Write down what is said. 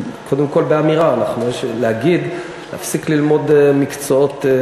קודם כול באמירה, להגיד: להפסיק ללמוד מקצועות,